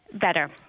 Better